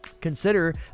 consider